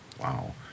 Wow